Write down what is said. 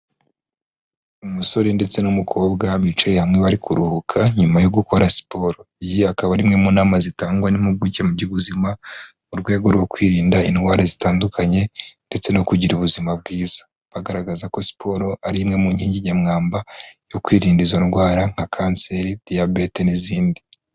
Umusore ndetse n'umukobwa bicaye hamwe bari kuruhuka nyuma yo gukora siporo, iyi akaba ari imwe mu nama zitangwa n'impuguke mu by'ubuzima, mu rwego rwo kwirinda indwara zitandukanye ndetse no kugira ubuzima bwiza, bagaragaza ko siporo ari imwe mu nkingi nyamwamba, yo kwirinda izo ndwara nka kanseri, diyabete n'izindi.